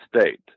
state